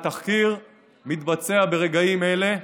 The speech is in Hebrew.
התחקיר מתבצע ברגעים אלה,